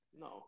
No